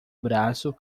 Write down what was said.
braço